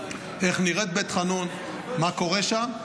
איך נראית בית חאנון, מה קורה שם.